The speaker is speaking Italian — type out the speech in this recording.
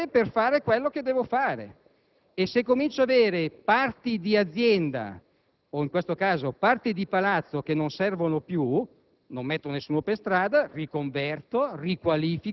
dopo; ciò che devo fare è indicare cosa serve per fare quello che devo fare. E se comincio ad avere parti di azienda (in questo caso, parti di Palazzo) che non servono più,